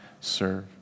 serve